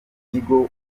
tigo